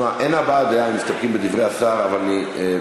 אין הבעת דעה אם מסתפקים בדברי השר, אבל יכול